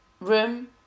room